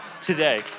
today